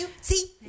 See